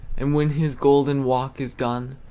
and when his golden walk is done,